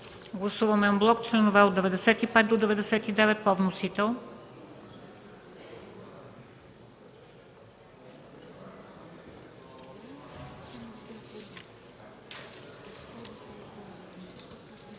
Гласуваме анблок членове от 35 до 41 по вносител.